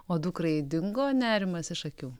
o dukrai dingo nerimas iš akių